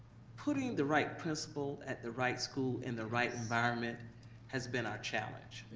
putting the right principal at the right school in the right environment has been our challenge.